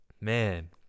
man